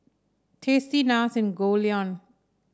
Tasty NARS and Goldlion